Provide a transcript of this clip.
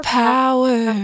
power